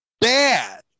bad